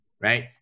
right